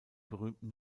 berühmten